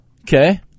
Okay